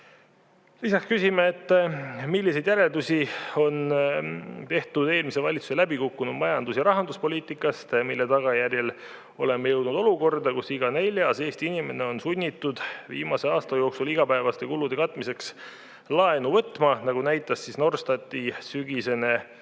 Lisaks küsime, milliseid järeldusi on tehtud eelmise valitsuse läbikukkunud majandus- ja rahanduspoliitikast, mille tagajärjel oleme jõudnud olukorda, kus iga neljas Eesti inimene on olnud sunnitud viimase aasta jooksul igapäevaste kulude katmiseks laenu võtma, nagu näitas Norstati sügisene uuring.